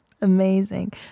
Amazing